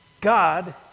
God